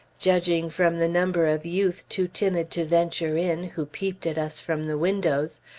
judging from the number of youth too timid to venture in, who peeped at us from the windows,